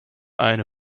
eine